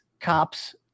cops